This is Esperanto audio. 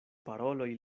paroloj